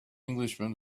englishman